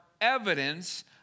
evidence